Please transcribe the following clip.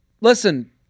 listen